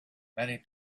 many